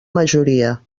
majoria